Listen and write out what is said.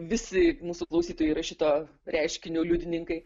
visi mūsų klausytojai yra šito reiškinio liudininkai